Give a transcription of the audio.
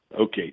Okay